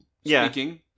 speaking